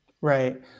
Right